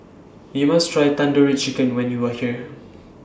YOU must Try Tandoori Chicken when YOU Are here